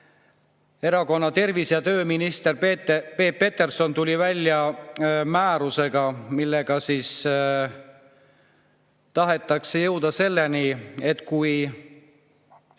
Erakonna tervise‑ ja tööminister Peep Peterson tuli välja määrusega, millega tahetakse jõuda selleni, et isegi